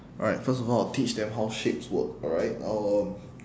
alright first of all teach them how shapes work alright um